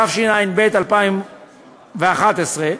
התשע"ב 2011,